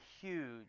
huge